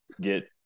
get